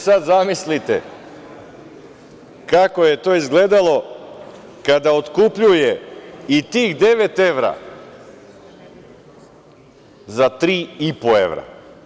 Sada zamislite kako je to izgledalo kada otkupljuje i tih devet evra za tri i po evra.